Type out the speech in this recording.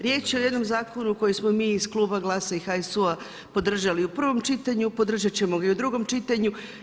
Riječ je o jednom zakonu koji smo mi iz kluba GLAS-a i HSU-a podržali u prvom čitanju, podržat ćemo ga i u drugom čitanju.